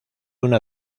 una